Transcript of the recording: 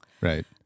Right